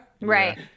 Right